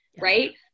right